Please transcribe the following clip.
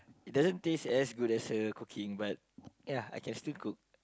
it doesn't taste as good as her cooking but ya I can still cook